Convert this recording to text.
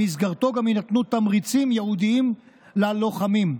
במסגרתו גם יינתנו תמריצים ייעודיים ללוחמים.